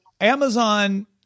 Amazon